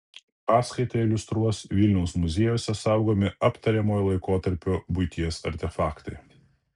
paskaitą iliustruos vilniaus muziejuose saugomi aptariamojo laikotarpio buities artefaktai